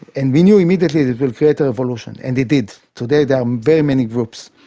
and we knew immediately that it would create a revolution, and it did. today there are very many groups.